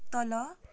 तल